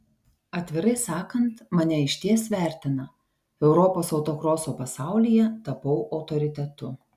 atvirai sakant mane išties vertina europos autokroso pasaulyje tapau autoritetu